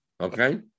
Okay